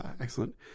Excellent